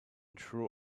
true